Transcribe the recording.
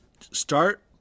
Start